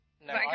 No